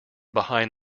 behind